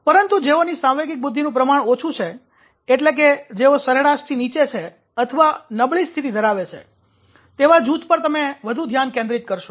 પરંતુ જેઓની સાંવેગિક બુદ્ધિનું પ્રમાણ ઓછું છે એટલે કે જેઓ સરેરાશથી નીચે છે અથવા નબળી સ્થિતિ ધરાવે છે તેવા જૂથ પર તમે વધુ ધ્યાન કેન્દ્રિત કરશો